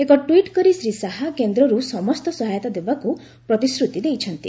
ଏକ ଟ୍ୱିଟ୍ କରି ଶ୍ରୀ ଶାହା କେନ୍ଦ୍ରରୁ ସମସ୍ତ ସହାୟତା ଦେବାକୁ ପ୍ରତିଶ୍ରତି ଦେଇଛନ୍ତି